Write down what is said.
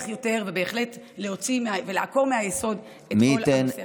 יותר ובהחלט לעקור מהיסוד את כל הנושא הזה.